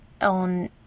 on